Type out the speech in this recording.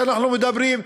שאנחנו מדברים,